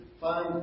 fine